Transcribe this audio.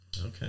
Okay